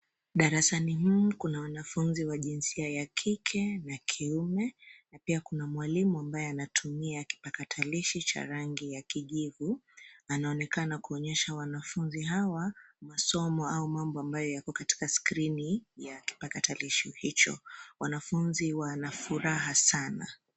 Darsani humu kuna wanafunzi wa jinsia ya kike, na kiume. Na pia kuna mwalimu ambaye anatumia kipakatalishi cha rangi ya kijivu. Anaonekana kuonyesha wanafunzi hawa, masomo au mambo ambayo yako katika skrini ya kipakatalishi hicho. Wanafunzi wana furaha sana.